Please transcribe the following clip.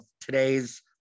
today's